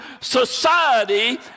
society